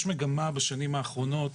יש מגמה בשנים האחרונות